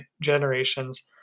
generations